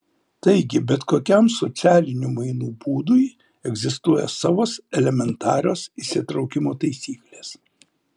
taigi bet kokiam socialinių mainų būdui egzistuoja savos elementarios įsitraukimo taisyklės